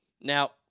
Now